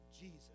Jesus